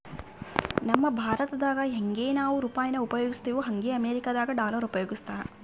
ನಮ್ ಭಾರತ್ದಾಗ ಯಂಗೆ ನಾವು ರೂಪಾಯಿನ ಉಪಯೋಗಿಸ್ತಿವೋ ಹಂಗೆ ಅಮೇರಿಕುದಾಗ ಡಾಲರ್ ಉಪಯೋಗಿಸ್ತಾರ